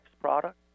product